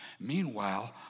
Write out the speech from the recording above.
Meanwhile